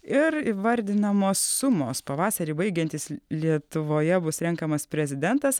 ir įvardinamos sumos pavasarį baigiantis lietuvoje bus renkamas prezidentas